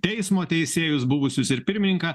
teismo teisėjus buvusius ir pirmininką